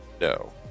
No